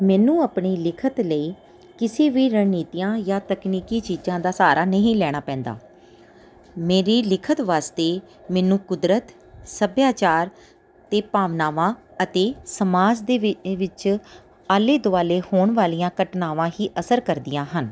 ਮੈਨੂੰ ਆਪਣੀ ਲਿਖਤ ਲਈ ਕਿਸੇ ਵੀ ਰਣਨੀਤੀਆਂ ਜਾਂ ਤਕਨੀਕੀ ਚੀਜ਼ਾਂ ਦਾ ਸਹਾਰਾ ਨਹੀਂ ਲੈਣਾ ਪੈਂਦਾ ਮੇਰੀ ਲਿਖਤ ਵਾਸਤੇ ਮੈਨੂੰ ਕੁਦਰਤ ਸੱਭਿਆਚਾਰ ਅਤੇ ਭਾਵਨਾਵਾਂ ਅਤੇ ਸਮਾਜ ਦੇ ਵਿ ਵਿੱਚ ਆਲੇ ਦੁਆਲੇ ਹੋਣ ਵਾਲੀਆਂ ਘਟਨਾਵਾਂ ਹੀ ਅਸਰ ਕਰਦੀਆਂ ਹਨ